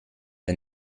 der